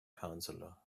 counselor